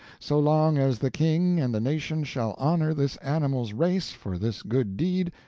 so long as the king and the nation shall honor this animal's race for this good deed,